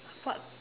what